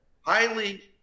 highly